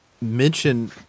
mention